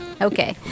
okay